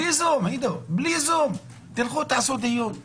תעשו דיון.